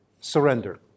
surrender